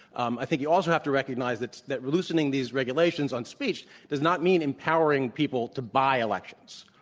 um i think you also have to recognize that that loosening these regulations on speech does not mean empowering people to buy elections.